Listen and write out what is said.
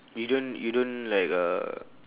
you don't you don't like uh